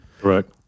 Correct